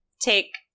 Take